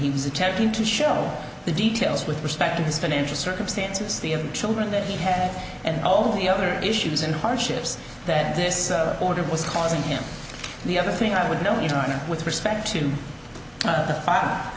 he was attempting to show the details with respect to his financial circumstances the of children that he had and all the other issues and hardships that this order was causing him and the other thing i would know you donna with respect to the five